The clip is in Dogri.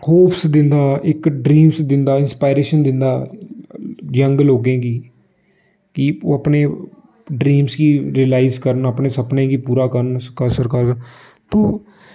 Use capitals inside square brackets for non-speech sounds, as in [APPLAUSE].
होप्स दिंदा इक ड्रीम्स दिंदा इक इंस्पाएरेश्न दिंदा यंग लोकें गी कि ओह् अपने ड्रीम्स गी रिलाइज करन अपने सपने गी पूरा करन [UNINTELLIGIBLE] तो